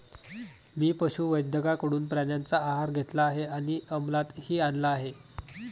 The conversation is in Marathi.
मी पशुवैद्यकाकडून प्राण्यांचा आहार घेतला आहे आणि अमलातही आणला आहे